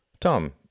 Tom